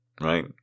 right